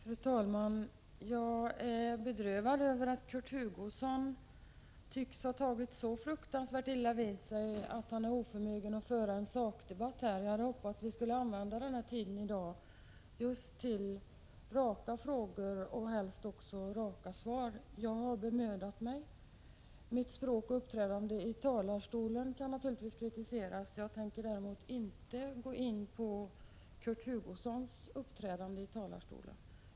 Fru talman! Jag är bedrövad över att Kurt Hugosson tycks ha tagit så fruktansvärt illa vid sig att han är oförmögen att föra en sakdebatt. Jag hade hoppats att vi skulle använda tiden här i dag till just raka frågor och helst också raka svar. Jag har bemödat mig att göra det. Mitt språk och uppträdande i talarstolen kan naturligtvis kritiseras. Däremot tänker inte jag gå in på Kurt Hugossons uppträdande i talarstolen.